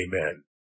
Amen